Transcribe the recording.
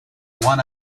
won